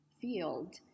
field